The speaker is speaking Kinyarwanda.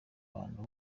abantu